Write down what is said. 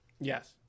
Yes